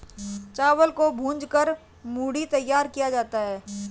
चावल को भूंज कर मूढ़ी तैयार किया जाता है